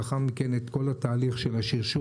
לאחר מכן את כל התהליך של השרשור,